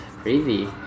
Crazy